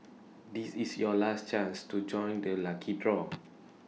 this is your last chance to join the lucky draw